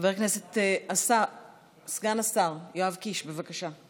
חבר הכנסת סגן השר יואב קיש, בבקשה.